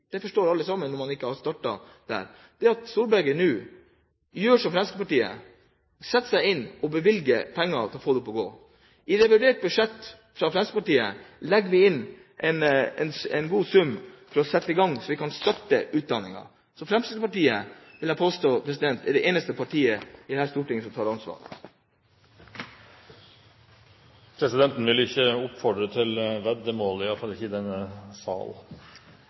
det forstår alle sammen, når man ikke har startet på dette – at han gjør som Fremskrittspartiet: setter seg inn i dette og bevilger penger for å få det opp og gå. I revidert budsjett fra Fremskrittspartiet legger vi inn en god sum for å sette dette i gang, så vi kan starte utdanningen. Så Fremskrittspartiet, vil jeg påstå, er det eneste partiet i dette storting som tar ansvar. Presidenten vil ikke oppfordre til veddemål, i alle fall ikke i denne sal.